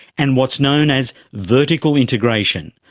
and what's known as vertical integration.